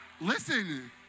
listen